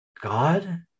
God